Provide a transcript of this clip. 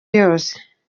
yose